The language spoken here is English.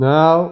Now